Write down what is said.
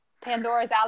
Pandora's